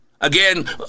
Again